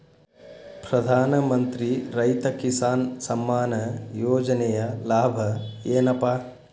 ಪ್ರಧಾನಮಂತ್ರಿ ರೈತ ಕಿಸಾನ್ ಸಮ್ಮಾನ ಯೋಜನೆಯ ಲಾಭ ಏನಪಾ?